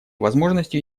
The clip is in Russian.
возможностью